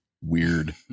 weird